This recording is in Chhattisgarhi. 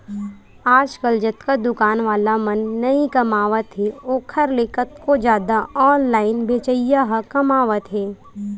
आजकल जतका दुकान वाला मन नइ कमावत हे ओखर ले कतको जादा ऑनलाइन बेचइया ह कमावत हें